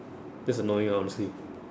that's annoying lor honestly